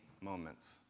moments